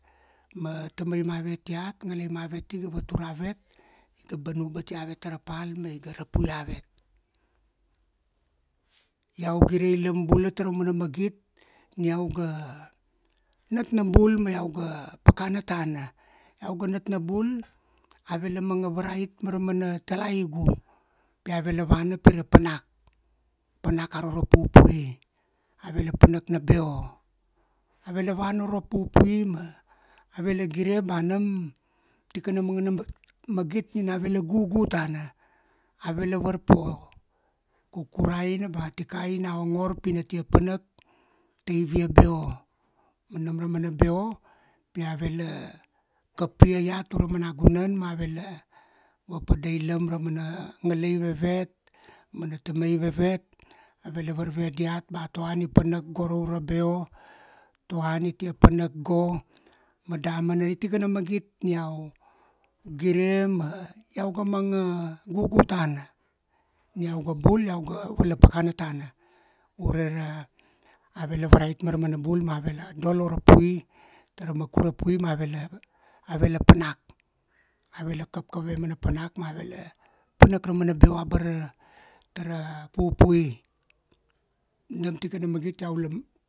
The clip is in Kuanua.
Ma tamai mavet iat, nagalai mavet i ga vatur avet, iga banubat avet tara pal ma iga rapui avet. Iau girei lam bula taraumana magit ni iau ga nat na bul ma iau ga pakana tana. Iau ga nat na bul, ave la manga varait mara mana talaigu pi ave la vana pira panak, panak aro ra pupui. Ave la panak na beo. Ave la vana uro pupui ma, ave la gire ba nam tikana mangana magit nin ave la gugu tana. Ave la varpo, kukuraina ba tikai na ongor pina tia panak taivia beo. Ma nam ra mana beo, pi ave la kapia iat urama nagunan ma ave la vapadailam ra umana ngalai vevet mana tamai vevet ave la varve diat ba to an i panak go ra ura beo, to an i tia panak go, ma damana i tikana magit ni iau gire ma iau ga manga gugu tana. Ni iau ga bul iau ga vala pakana tana, ure ra ave la varait ma ra mana bul ma ave la dolo ra pui, tara makura pui ma ave la, ave la panak. Ave la kap kave mana panak ma ave la panak ra umana beo abara tara pupui. Nam tikana magit iau la